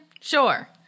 Sure